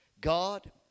God